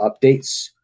updates